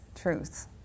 truth